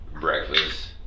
breakfast